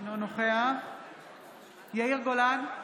אינו נוכח יאיר גולן,